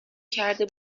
کرده